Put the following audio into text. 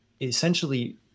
essentially